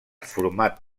format